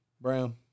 Brown